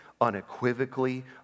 unequivocally